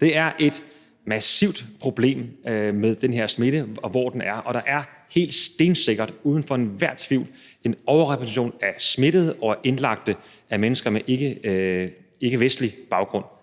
Det er et massivt problem med den her smitte, og hvor den er, og der er helt stensikkert uden for enhver tvivl en overrepræsentation af smittede og indlagte af mennesker med ikkevestlig baggrund.